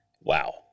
Wow